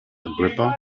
agrippa